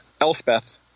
Elspeth